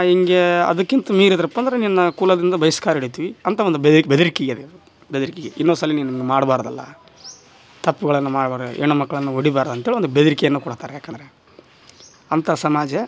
ಹಿಂಗೆ ಅದಕ್ಕಿಂತ ಮೀರಿದರಪ್ಪ ಅಂದ್ರ ನಿನ್ನ ಕುಲದಿಂದ ಬಹಿಷ್ಕಾರ ಇಡಿತ್ವಿ ಅಂತ ಒಂದು ಬೆದರಿಕೆ ಅದು ಇದು ಬೆದರಿಕೆ ಇನ್ನೊಂದ್ಸಲಿ ನೀನು ಹಿಂಗ್ ಮಾಡ್ಬಾರ್ದಲ್ಲಾ ತಪ್ಪುಗಳನ್ನ ಮಾಡ್ಬಾರದು ಹೆಣ್ಮಕ್ಳನ್ನ ಹೊಡಿಬಾರ್ದಂತೇಳಿ ಒಂದು ಬೆದರಿಕೆಯನ್ನ ಕೊಡ್ತಾರೆ ಯಾಕಂದರೆ ಅಂಥಾ ಸಮಾಜ